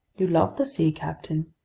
you love the sea, captain.